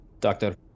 Doctor